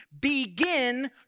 begin